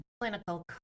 clinical